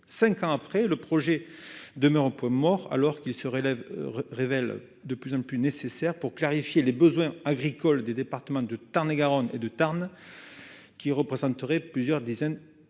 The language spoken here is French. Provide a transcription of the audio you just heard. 5 ans après le projet demeure au point mort alors qu'il se relève, révèle de plus en plus nécessaire pour clarifier les besoins agricoles des départements de Tarn-et-Garonne et de Tarn qui représenterait plusieurs dizaines d'agriculteurs